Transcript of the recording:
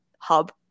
hub